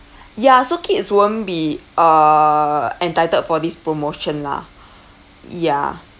ya so kids won't be uh entitled for this promotion lah ya